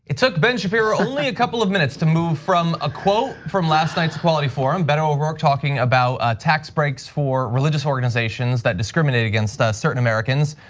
it took ben shapiro only a of couple of minutes to move from a quote, from last night's equality forum. beto o'rourke talking about tax breaks for religious organizations that discriminate against certain americans.